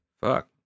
Fuck